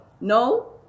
No